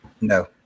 No